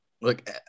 Look